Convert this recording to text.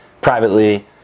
privately